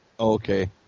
okay